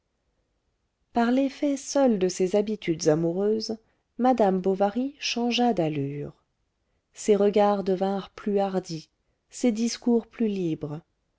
par l'effet seul de ses habitudes amoureuses madame bovary changea d'allures ses regards devinrent plus hardis ses discours plus libres